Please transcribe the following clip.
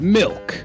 milk